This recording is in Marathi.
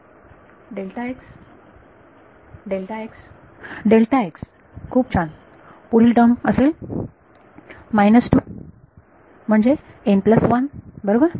विद्यार्थी डेल्टा x डेल्टा x खूप छान पुढील टर्म असेल मायनस 2 म्हणजे बरोबर